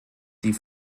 die